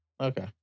okay